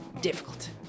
difficult